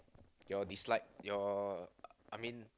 your dislike your I mean